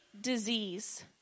disease